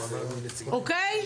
אוקיי?